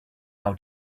how